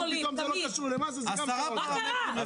מה קרה?